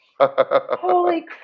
holy